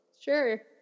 sure